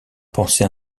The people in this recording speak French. pensée